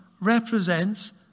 represents